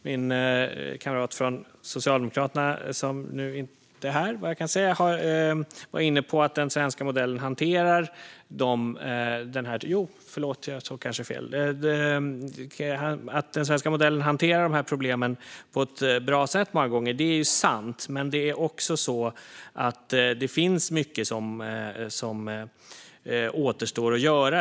Min kamrat från Socialdemokraterna var inne på att den svenska modellen många gånger hanterar problemen på ett bra sätt, och det är ju sant. Men det är också så att det finns mycket som återstår att göra.